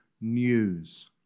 news